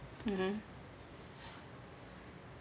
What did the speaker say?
mmhmm